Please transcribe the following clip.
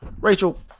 Rachel